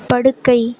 படுக்கை